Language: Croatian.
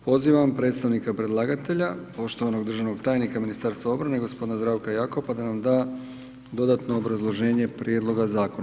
Pozivam predstavnika predlagatelja poštovanog državnog tajnika Ministarstva obrane gospodina Zdravka Jakopa da nam da dodatno obrazloženje prijedloga zakona.